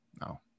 no